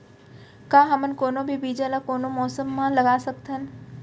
का हमन कोनो भी बीज ला कोनो मौसम म लगा सकथन?